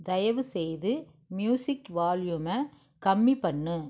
தயவுசெய்து மியூசிக் வால்யூமை கம்மி பண்ணு